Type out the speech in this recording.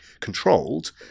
controlled